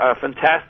fantastic